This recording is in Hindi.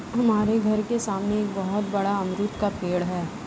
हमारे घर के सामने एक बहुत बड़ा अमरूद का पेड़ है